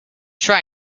that